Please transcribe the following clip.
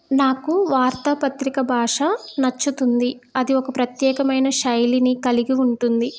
నాకు వార్తాపత్రిక భాష నచ్చుతుంది అది ఒక ప్రత్యేకమైన శైలిని కలిగి ఉంటుంది